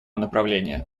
направление